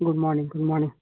good morning good morning